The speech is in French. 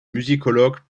musicologue